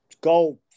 go